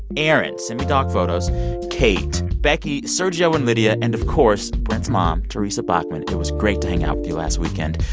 erin send me dog photos kate, becky, sergio and lydia and of course brent's mom, teresa baughman. it was great to hang out with you last weekend.